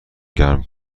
گرم